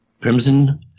Crimson